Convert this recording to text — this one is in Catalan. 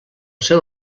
seu